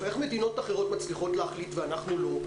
איך מדינות אחרות מצליחות להחליט ואנחנו לא?